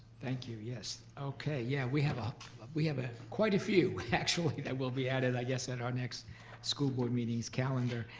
thank you, yes. okay, yeah we have ah we have ah quite a few actually that will be added at and our next school board meeting's calendar.